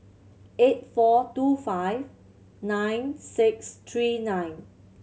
eight four two five nine six three nine